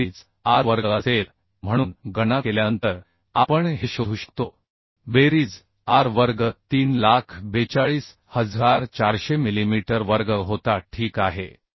तर ही बेरीज r वर्ग असेल म्हणून गणना केल्यानंतर आपण हे शोधू शकतो बेरीज r वर्ग 342400 मिलीमीटर वर्ग होता ठीक आहे